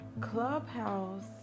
Clubhouse